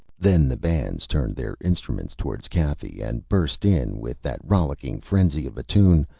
then the bands turned their instruments towards cathy and burst in with that rollicking frenzy of a tune,